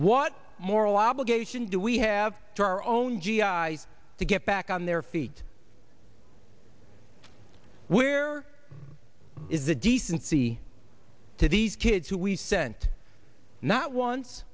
what moral obligation do we have to our own g i to get back on their feet where is the decency to these kids who we sent not once